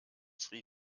sri